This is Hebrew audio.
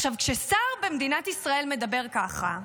עכשיו, כששר במדינת ישראל מדבר ככה,